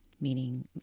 meaning